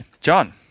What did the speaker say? John